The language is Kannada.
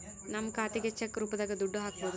ನಮ್ ಖಾತೆಗೆ ಚೆಕ್ ರೂಪದಾಗ ದುಡ್ಡು ಹಕ್ಬೋದು